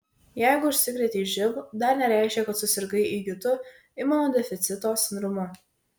jeigu užsikrėtei živ dar nereiškia kad susirgai įgytu imunodeficito sindromu